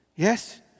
Yes